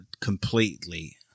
completely